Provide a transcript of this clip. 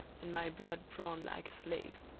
and my blood drawn like a slave.